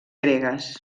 gregues